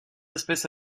espèce